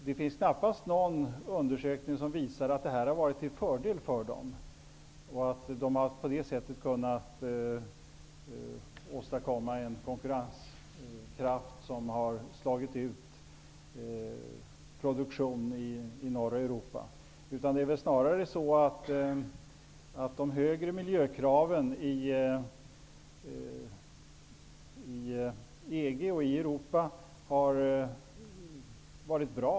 Det finns knappast någon undersökning som visar att det har varit till fördel för dem och att de på det sättet har kunnat åstadkomma en konkurrenskraft som har slagit ut produktion i norra Europa. Det är väl snarare så, att de högre miljökraven inom EG och i Europa har varit bra.